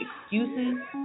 excuses